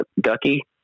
Ducky